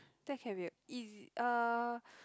that can be a uh